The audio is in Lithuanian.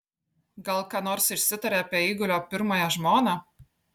gal ką nors išsitarė apie eigulio pirmąją žmoną